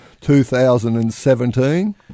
2017